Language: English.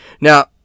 now